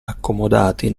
accomodati